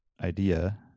idea